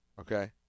Okay